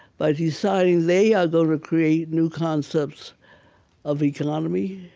by deciding they are going to create new concepts of economy,